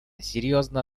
серьезно